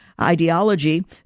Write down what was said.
ideology